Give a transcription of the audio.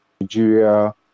Nigeria